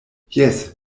jes